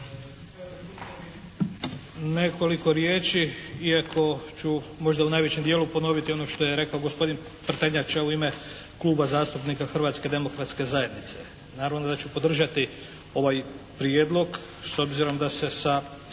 Hrvatske demokratske zajednice.